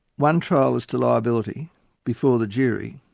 one trial was to liability before the jury